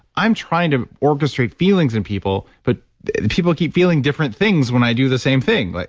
i'm trying to orchestrate feelings in people, but people keep feeling different things when i do the same thing. like